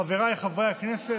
חבריי חברי הכנסת,